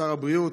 שר הבריאות,